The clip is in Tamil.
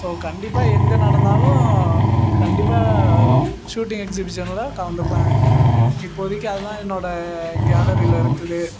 ஸோ கண்டிப்பாக எங்கே நடந்தாலும் கண்டிப்பாக ஷூட்டிங் எக்ஸிபிஷனில் கலந்துப்பேன் இப்போதைக்கி அதுதான் என்னோடய கேலரியில் இருக்குது